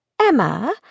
Emma